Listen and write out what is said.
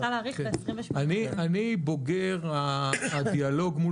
אפשר להאריך את 28 יום --- אני בוגר הדיאלוג מול